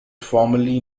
formerly